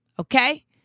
okay